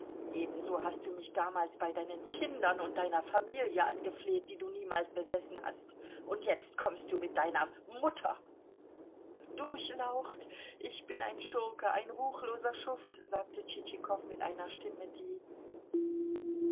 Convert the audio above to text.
ebenso hast du mich damals bei deinen kindern und deiner familie angefleht die du niemals besessen hast und jetzt kommst du mit deiner mutter durchlaucht ich bin ein schurke ein ruchloser schuft sagte tschitschikow mit einer stimme die